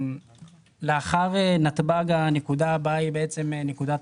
לאחר נתב"ג הנקודה הבאה היא בעצם נקודת